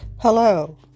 Hello